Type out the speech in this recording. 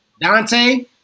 Dante